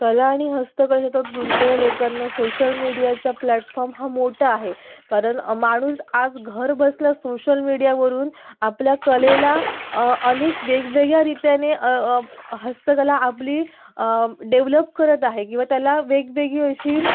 कला आणि हस्तकलेतच गुंतलेल्या लोकांना सोशल मिडीयाचा प्लॅटफॉर्म हा मोठा आहे कारण माणूस आज घर बसल्या सोशल मिडियावरून आपल्या कलेला अनेक वेगवेगळ्या रित्याने हस्तकला आपली डेव्हलप करत आहे किंवा त्याला वेगवेगळी अशी